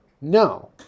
No